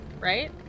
right